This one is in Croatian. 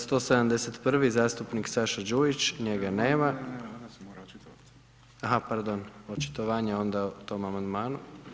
171. zastupnik Saša Đujić, njega nema. ... [[Upadica se ne čuje.]] A ha, pardon, očitovanje onda o tom amandmanu.